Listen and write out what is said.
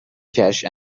cash